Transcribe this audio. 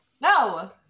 No